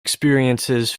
experiences